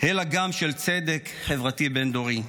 אלא גם של צדק חברתי בין-דורי.